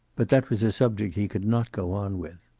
but that was a subject he could not go on with.